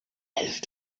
else